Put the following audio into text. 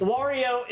Wario